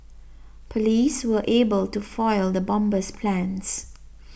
police were able to foil the bomber's plans